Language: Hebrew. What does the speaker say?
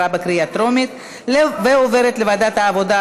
לוועדת העבודה,